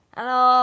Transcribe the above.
Hello